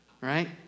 right